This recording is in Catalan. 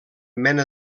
mena